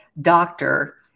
doctor